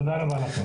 תודה רבה לכם.